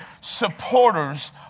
supporters